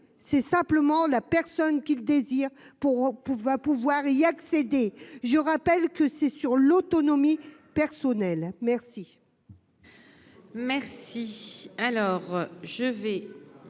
c'est simplement la personne qui le désirent, pour pouvoir pouvoir y accéder, je rappelle que c'est sur l'autonomie personnelle merci.